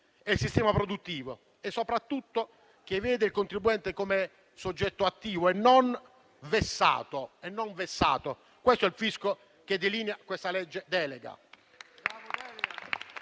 e il sistema produttivo, e soprattutto che vede il contribuente come soggetto attivo e non vessato. Questo è il fisco che delinea la legge delega